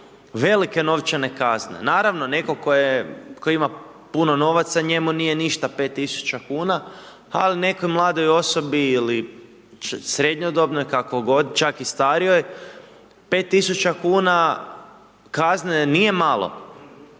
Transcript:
velike novčane kazne. Naravno, netko tko ima puno novaca, njemu nije ništa 5 tisuća kuna ali nekoj mladoj osobi ili srednjodobnoj, kako god, čak i starijoj 5 tisuća kuna kazne nije malo.